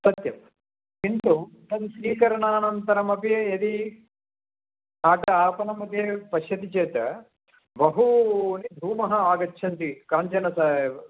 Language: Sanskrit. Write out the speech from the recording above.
सत्यं किन्तु तत् स्वीकरणानन्तरमपि यदि आपणमध्ये पश्यति चेत् बहूनि धूमः आगच्छन्ति काञ्चनतः